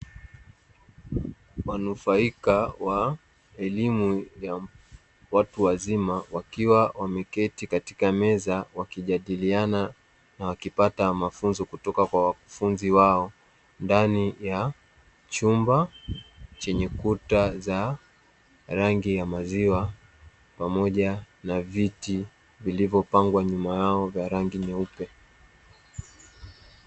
Wanufaika wa elimu ya watu wazima wakiwa wameketi katika meza wakijadiliana na wakipata mafunzo kutoka kwa wakufunzi wao, ndani ya chumba chenye kuta za rangi ya maziwa, pamoja na viti vilivyopangwa nyuma yao vya rangi nyeupe.